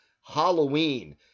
Halloween